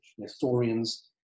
historians